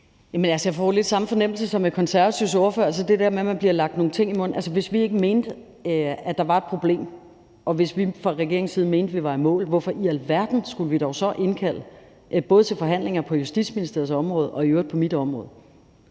jeg får lidt den samme fornemmelse, som jeg havde over for Konservatives ordfører, i forhold til det der med, at man bliver lagt nogle ord i munden. Altså, hvis vi ikke mente, at der var et problem, og hvis vi fra regeringens side mente, vi var i mål, hvorfor i alverden skulle vi dog så indkalde til forhandlinger både på Justitsministeriets område og i øvrigt på mit område.